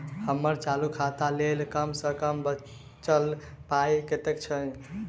हम्मर चालू खाता लेल कम सँ कम बचल पाइ कतेक छै?